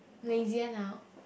lazier now